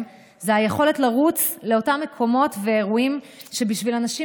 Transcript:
זה היכולת לרוץ לאותם מקומות ואירועים שבשביל אנשים